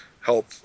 help